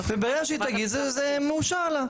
וברגע שהיא תגיש זה מאושר לה.